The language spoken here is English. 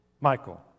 Michael